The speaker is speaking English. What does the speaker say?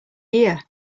here